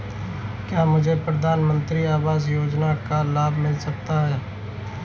क्या मुझे प्रधानमंत्री आवास योजना का लाभ मिल सकता है?